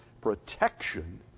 Protection